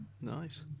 nice